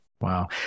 Wow